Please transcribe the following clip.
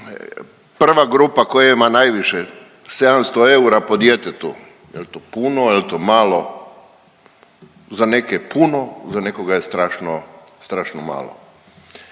prva grupa kojima najviše, 700 eura po djetetu, je li to puno, je li to malo, za neke je puno, za nekoga je strašno malo.